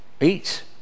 eat